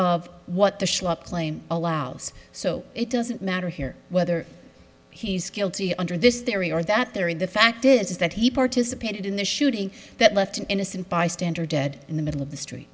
claim allows so it doesn't matter here whether he's guilty under this theory or that they're in the fact is that he participated in the shooting that left an innocent bystander dead in the middle of the street